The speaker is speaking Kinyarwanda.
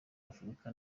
afurika